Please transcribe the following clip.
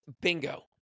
Bingo